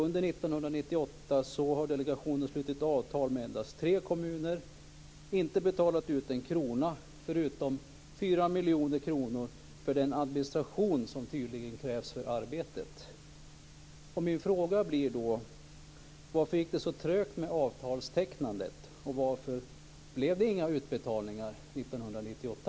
Under 1998 har delegationen slutit avtal med endast tre kommuner. Inte en krona har betalats ut, förutom 4 miljoner kronor för den administration som tydligen krävs för arbetet.